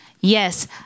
Yes